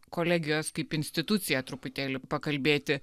kolegijos kaip instituciją truputėlį pakalbėti